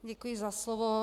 Děkuji za slovo.